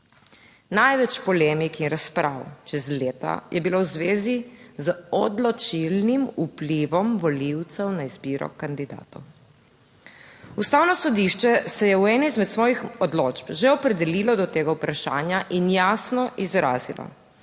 Največ polemik in razprav čez leta je bilo v zvezi z odločilnim vplivom volivcev na izbiro kandidatov. Ustavno sodišče se je v eni izmed svojih odločb že opredelilo do tega vprašanja in jasno izrazilo,